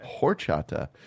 Horchata